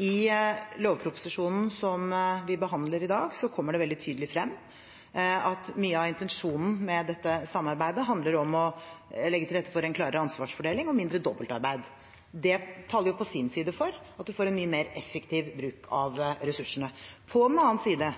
I lovproposisjonen som vi behandler i dag, kommer det veldig tydelig frem at mye av intensjonen med dette samarbeidet handler om å legge til rette for en klarere ansvarsfordeling og mindre dobbeltarbeid. Det taler på sin side for at vi får en mye mer effektiv bruk av ressursene. På den annen side